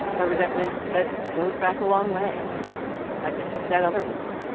a resentment that goes back a long way like to that other war,